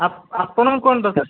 ଆପଣଙ୍କୁ କଣ ଦରକାର